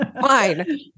fine